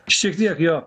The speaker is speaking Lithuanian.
šiek tiek jo